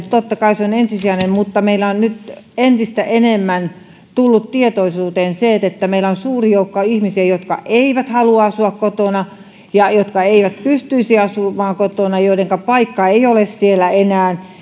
totta kai ensisijaisesti niin mutta meillä on nyt entistä enemmän tullut tietoisuuteen se että meillä on suuri joukko ihmisiä jotka eivät halua asua kotona ja jotka eivät pystyisi asumaan kotona joidenka paikka ei ole siellä enää